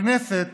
הכנסת